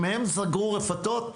אם הם סגרו רפתות,